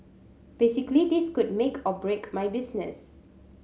basically this could make or break my business